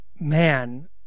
Man